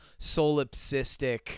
solipsistic